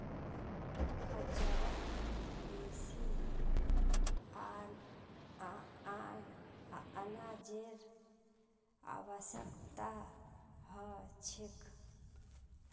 खच्चरक बेसी अनाजेर आवश्यकता ह छेक